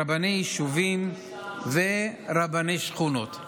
רבני יישובים ורבני שכונות,